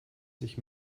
sich